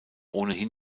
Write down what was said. ohnehin